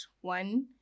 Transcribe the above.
One